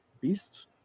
beast